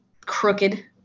crooked